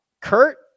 Kurt